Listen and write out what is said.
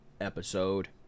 episode